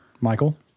Michael